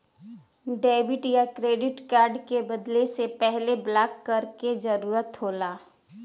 debit या credit card के बदले से पहले ब्लॉक करे क जरुरत होला